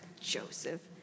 joseph